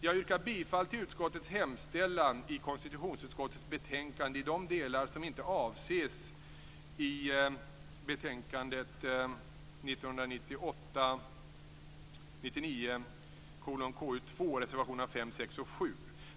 Jag yrkar bifall till utskottets hemställan i konstitutionsutskottets betänkande 1998/99:KU2 i de delar som inte avses i reservationerna 5, 6 och 7.